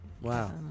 Wow